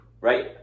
Right